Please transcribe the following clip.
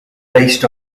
based